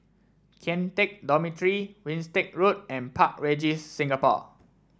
Kian Teck Dormitory Winstedt Road and Park Regis Singapore